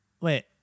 Wait